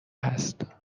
هست